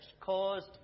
caused